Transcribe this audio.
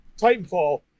Titanfall